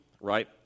Right